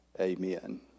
amen